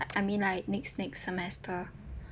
I mean like next next semester